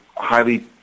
highly